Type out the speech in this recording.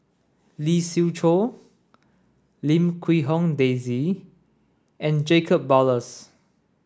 Lee Siew Choh Lim Quee Hong Daisy and Jacob Ballas